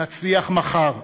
נצליח מחר,